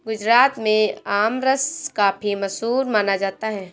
गुजरात में आमरस काफी मशहूर माना जाता है